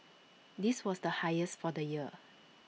this was the highest for the year